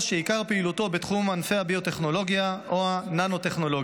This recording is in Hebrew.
או שעיקר פעילותו בתחום ענפי הביוטכנולוגיה או הננו-טכנולוגיה.